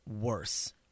worse